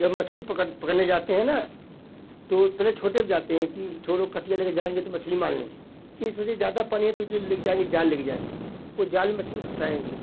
जब मछली पकड़ पकड़ने जाते हैं ना तो पहले छोटे जाते हैं कि लोग कटिया लेके जाएंगे तो मछली मार लेंगे ये सोचे ज़्यादा पानी है तो जो लेके जाएंगे जाल लेके जाएंगे ओ जाल में मछली फसाएंगे